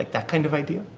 that kind of idea?